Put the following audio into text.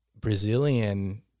Brazilian